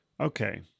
Okay